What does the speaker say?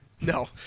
No